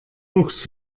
mucks